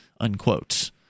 unquote